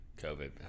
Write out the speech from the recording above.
covid